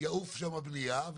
תעוף הבנייה,